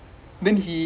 oh my god